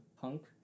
punk